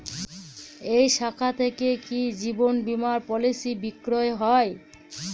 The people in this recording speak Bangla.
এই শাখা থেকে কি জীবন বীমার পলিসি বিক্রয় হয়?